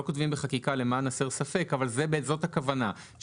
לא כותבים בחקיקה למען הסר ספק אבל זאת הכוונה,